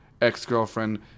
ex-girlfriend